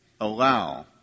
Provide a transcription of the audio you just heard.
allow